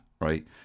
Right